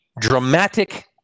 dramatic